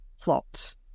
Plot